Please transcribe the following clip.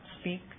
speak